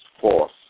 force